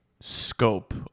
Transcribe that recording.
scope